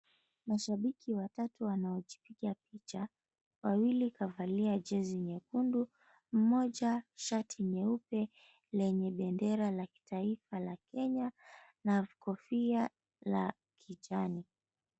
Mashabiki watatu wanaojipiga picha. Wawili kavalia jezi nyekundu, mmoja shati nyeupe lenye bendera la kitaifa la kenya na kofia la kijani.